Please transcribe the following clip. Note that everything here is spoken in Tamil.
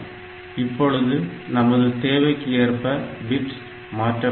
இப்பொழுது நமது தேவைக்கு ஏற்ப பிட் மாற்றப்பட்டிருக்கும்